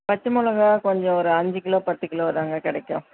பச்சை மிளகா கொஞ்சம் ஒரு அஞ்சு கிலோ பத்து கிலோவா தாங்க கிடைக்கும்